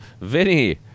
Vinny